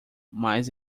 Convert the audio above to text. mais